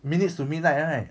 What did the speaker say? minutes to midnight right